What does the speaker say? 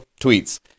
tweets